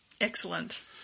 Excellent